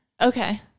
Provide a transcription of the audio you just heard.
Okay